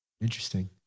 Interesting